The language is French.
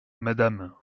madame